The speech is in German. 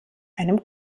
einem